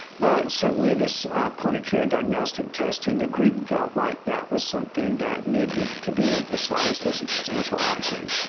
but certainly this point of care diagnostic testing, the group felt like that was something that needed to be emphasized as a potential action.